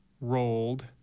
rolled